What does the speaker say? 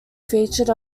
featured